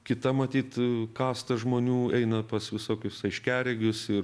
kita matyt kasta žmonių eina pas visokius aiškiaregius ir